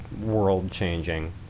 world-changing